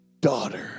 daughter